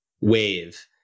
wave